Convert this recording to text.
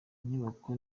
inyubako